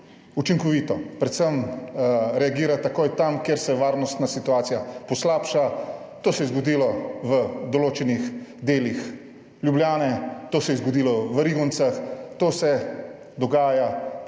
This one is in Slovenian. učinkovito, predvsem reagira takoj tam, kjer se varnostna situacija poslabša. To se je zgodilo v določenih delih Ljubljane, to se je zgodilo v Rigoncah, to se dogaja praktično,